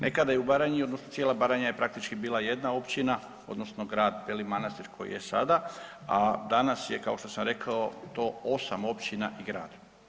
Nekada je u Baranji odnosno cijela Baranja je praktički bila jedna općina odnosno Grad Beli Manastir koji je sada, a danas je kao što sam rekao to 8 općina i grad.